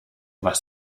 was